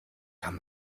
kann